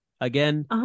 Again